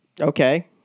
Okay